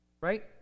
right